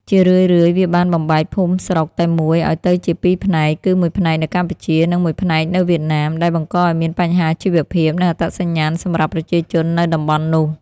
ជារឿយៗ វាបានបំបែកភូមិស្រុកតែមួយឱ្យទៅជាពីរផ្នែក គឺមួយផ្នែកនៅកម្ពុជា និងមួយផ្នែកនៅវៀតណាម ដែលបង្កឱ្យមានបញ្ហាជីវភាព និងអត្តសញ្ញាណសម្រាប់ប្រជាជននៅតំបន់នោះ។